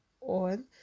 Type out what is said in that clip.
on